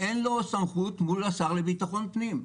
אין סמכות מול השר לביטחון פנים.